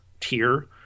tier